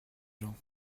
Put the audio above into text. gens